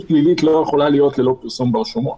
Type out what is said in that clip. פלילית לא יכולה להיות ללא פרסום ברשומות